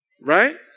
Right